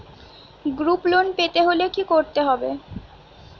Group loan পেতে হলে কি করতে হবে?